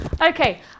Okay